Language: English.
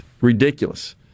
Ridiculous